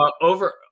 over